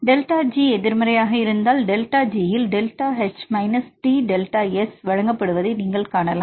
delta G எதிர்மறையாக இருந்தால் delta G இல் டெல்டா H மைனஸ் T என டெல்டா S வழங்கப்படுவதை நீங்கள் காணலாம்